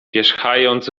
pierzchając